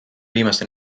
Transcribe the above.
viimastel